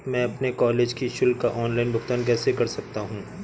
मैं अपने कॉलेज की शुल्क का ऑनलाइन भुगतान कैसे कर सकता हूँ?